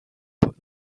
put